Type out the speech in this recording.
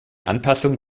anpassung